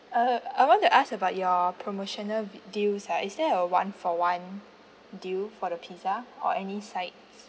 uh I want to ask about your promotional deals ah is there a one for one deal for the pizza or any sides